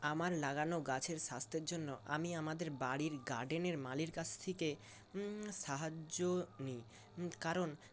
আমার লাগানো গাছের স্বাস্থ্যের জন্য আমি আমাদের বাড়ির গার্ডেনের মালির কাছ থেকে সাহায্য নিই কারণ